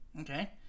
Okay